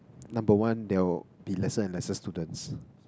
number one there will be lesser and lesser students